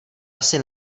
asi